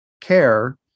care